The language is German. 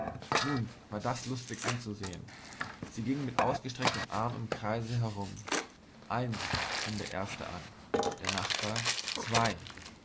nun war das lustig anzusehen sie ging mit ausgestrecktem arm im kreise herum eins fing der erste an der nachbar zwei